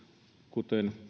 kuten